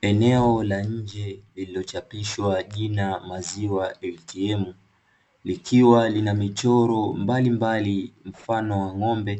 Eneo la nje lililochapishwa jina ''maziwa atm'' likiwa lina michoro mbalimbali mfano wa ng'ombe,